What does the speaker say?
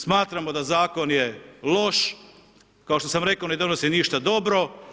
Smatramo da zakon je loš, kao što sam rekao, ne donosi ništa dobro.